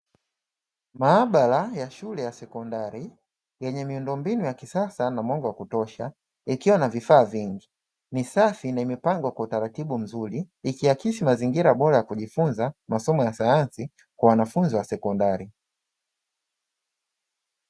Maabara ya shule ya sekondari yenye miundombinu ya kisasa na mwanga wa kutosha ikiwa na vifaa vingi. Ni safi na imepangwa kwa utaratibu mzuri, ikiakisi mazingira bora ya kujifunza masomo ya sayansi kwa wanafunzi wa sekondari.